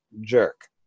jerk